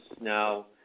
Now